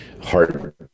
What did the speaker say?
heart